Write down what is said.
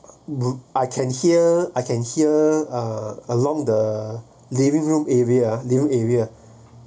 I can hear I can hear uh along the living room area living area